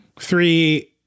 Three